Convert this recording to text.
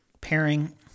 pairing